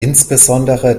insbesondere